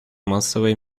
массовой